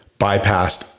bypassed